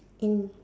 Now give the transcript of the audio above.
in